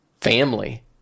family